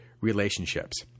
relationships